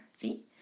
See